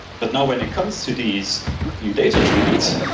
but now, when it comes to these new data tools,